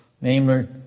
namely